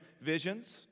visions